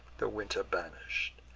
the winter banish'd,